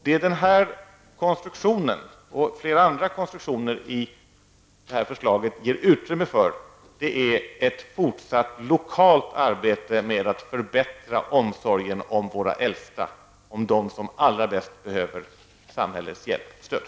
Det denna konstruktion och flera andra konstruktioner i förslaget ger utrymme för, är ett fortsatt lokalt arbete med att förbättra omsorgen om våra äldsta, om dem som allra bäst behöver samhällets hjälp och stöd.